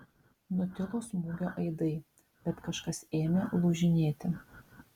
nutilo smūgio aidai bet kažkas ėmė lūžinėti